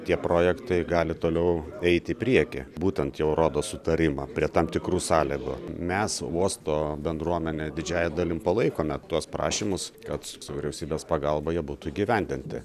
tie projektai gali toliau eiti į priekį būtent jau rodo sutarimą prie tam tikrų sąlygų mes uosto bendruomenė didžiąja dalim palaikome tuos prašymus kad su vyriausybės pagalba jie būtų įgyvendinti